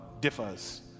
differs